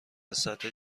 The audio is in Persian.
سطح